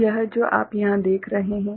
तो यह जो आप यहाँ देख रहे है